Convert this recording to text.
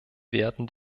werden